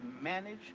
Manage